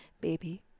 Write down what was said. baby